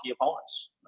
opponents